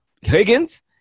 Higgins